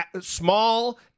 small